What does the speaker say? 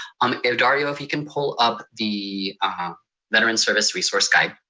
um if dario, if you can pull up the veterans service resource guide,